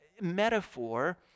metaphor